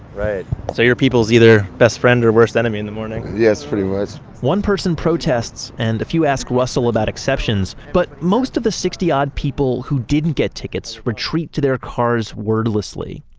right, so your people's either best friend or worst enemy in the morning. yes, pretty much. one person protests and a few ask russell about exceptions, but most of the sixty odd people who didn't get tickets retreat to their cars wordlessly.